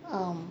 um